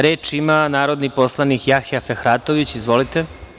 Reč ima narodni poslanik Jahja Fehratović, izvolite.